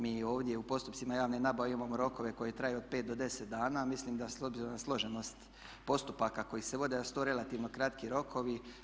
Mi ovdje u postupcima javne nabave imamo rokove koji traju od 5 do 10 dana, a mislim da s obzirom na složenost postupaka koji se vode da su to relativno kratki rokovi.